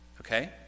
Okay